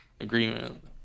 Agreement